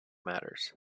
matters